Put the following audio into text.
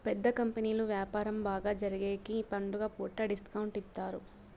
పెద్ద కంపెనీలు వ్యాపారం బాగా జరిగేగికి పండుగ పూట డిస్కౌంట్ ఇత్తారు